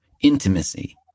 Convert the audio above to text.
intimacy